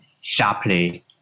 sharply